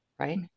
Right